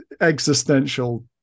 existential